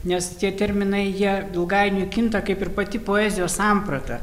nes tie terminai jie ilgainiui kinta kaip ir pati poezijos samprata